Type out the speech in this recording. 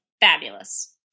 fabulous